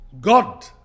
God